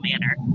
manner